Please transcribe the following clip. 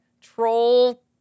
troll